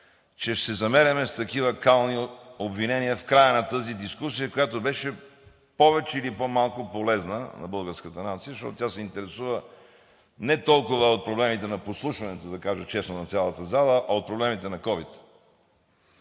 че ще се замеряме с такива кални обвинения в края на тази дискусия, която беше повече или по-малко полезна на българската нация. Защото тя се интересува не толкова от проблемите на прослушването, да кажа честно на цялата зала, а от проблемите на ковид.